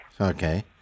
Okay